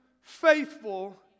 faithful